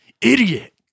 Idiot